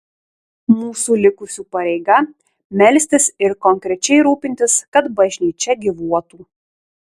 mūsų likusių pareiga melstis ir konkrečiai rūpintis kad bažnyčia gyvuotų